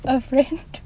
a friend